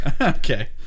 okay